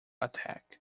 attack